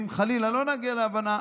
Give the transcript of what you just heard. אם חלילה לא נגיע להבנה,